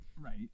Right